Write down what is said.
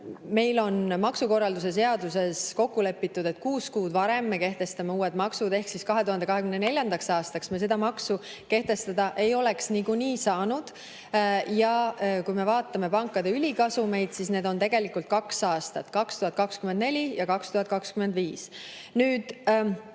Meil on maksukorralduse seaduses kokku lepitud, et me kehtestame uued maksud kuus kuud varem, ehk siis 2024. aastaks me seda maksu kehtestada ei oleks niikuinii saanud. Kui me vaatame pankade ülikasumeid, siis need on tegelikult kahel aastal: 2024 ja 2025. Selles